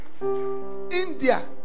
India